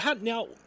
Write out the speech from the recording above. Now